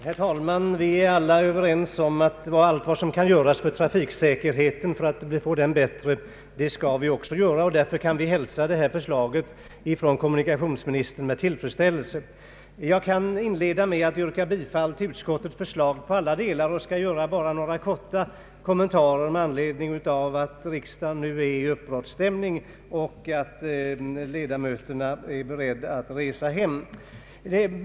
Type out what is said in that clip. Herr talman! Vi är alla överens om att allt som kan göras för att få bättre trafiksäkerhet också skall göras. Vi kan därför med tillfredsställelse hälsa föreliggande förslag från kommunikationsministern. Jag kan inleda mitt anförande med att yrka bifall till utskottets förslag i alla delar och skall bara göra några korta kommentarer med anledning av att riksdagen nu befinner sig i uppbrottsstämning och ledamöterna är beredda att resa hem.